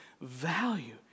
value